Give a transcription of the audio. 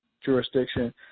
jurisdiction